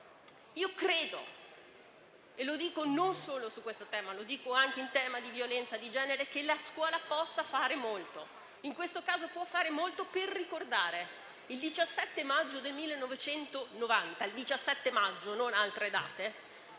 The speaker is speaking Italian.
credo - e lo dico non solo su questo, ma anche in tema di violenza di genere - che la scuola possa fare molto. In questo caso può fare molto per ricordare il 17 maggio del 1990 (non altre date),